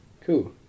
Cool